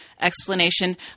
explanation